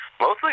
mostly